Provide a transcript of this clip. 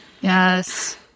Yes